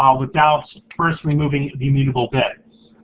um without first removing the mutable bits.